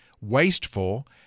wasteful